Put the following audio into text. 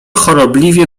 chorobliwie